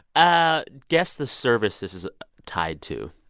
ah guess the service this is tied to,